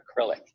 acrylic